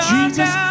Jesus